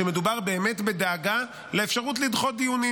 שמדובר באמת בדאגה לאפשרות לדחות דיונים.